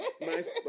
nice